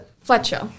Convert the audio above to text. Fletcher